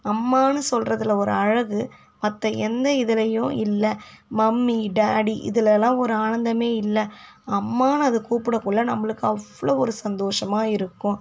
அம்மான்னு சொல்றதில் ஒரு அழகு மற்ற எந்த இதுலேயும் இல்லை மம்மி டேடி இதுலலாம் ஒரு ஆனந்தம் இல்லை அம்மான்னு அதை கூப்பிடக்குள்ள நம்மளுக்கு அவ்வளோ ஒரு சந்தோஷமா இருக்கும்